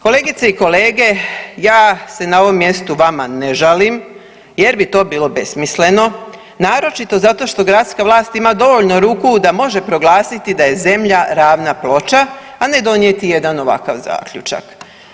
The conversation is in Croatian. Kolegice i kolege ja se na ovom mjestu vama ne žalim jer bi to bilo besmisleno naročito zato što gradska vlast ima dovoljno ruku da može proglasiti da je zemlja ravna ploča, a ne donijeti jedan ovakav zaključak.